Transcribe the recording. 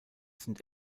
sind